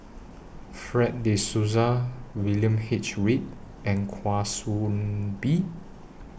Fred De Souza William H Read and Kwa Soon Bee